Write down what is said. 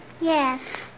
Yes